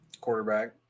Quarterback